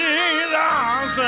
Jesus